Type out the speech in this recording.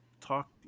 talk